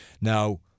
Now